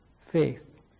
faith